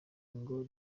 ngo